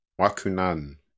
Wakunan